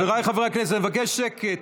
חבריי חברי הכנסת, אני מבקש שקט.